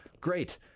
great